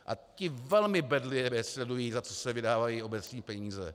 A ti velmi bedlivě sledují, za co se vydávají obecní peníze.